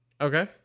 Okay